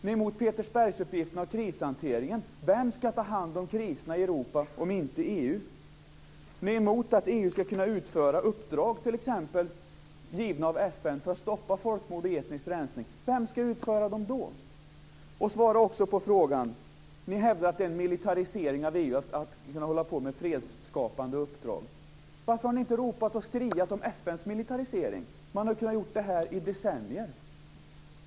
Ni är emot Petersbergsuppgifterna och krishanteringen. Vem skall ta hand om kriserna i Europa om inte EU? Ni är emot att EU skall kunna utföra uppdrag, t.ex. givna av FN, för att stoppa folkmord och etnisk rensning. Vem skall utföra dem då? Svara också på den här frågan: Ni hävdar att det är en militarisering av EU att man skall kunna hålla på med fredsskapande uppdrag. Varför har ni inte ropat och skriat om FN:s militarisering? Man har kunnat göra det här i decennier.